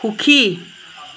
সুখী